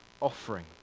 offering